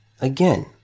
Again